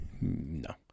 No